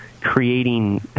creating